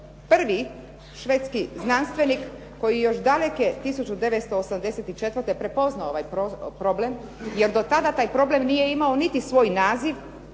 prvi švedski znanstvenik koji je još daleke 1984. prepoznao ovaj problem, jer do tada taj problem nije imao niti svoj naziv.